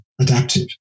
adaptive